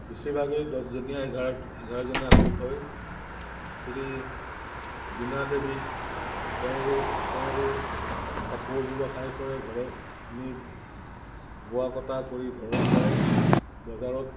বেছি ভাগেই দহজনীয়ে এঘাৰ এঘাৰজনী আগতৈ শ্ৰী বিন দেৱী তেওঁৰো তেওঁৰো কাপোৰৰ ব্যৱসায় কৰে ঘৰে নি বোৱা কটা কৰি ঘৰৰপৰাই বজাৰত